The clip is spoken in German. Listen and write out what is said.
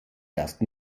ersten